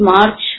March